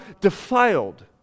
defiled